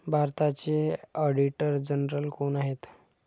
भारताचे auditor general कोण आहेत?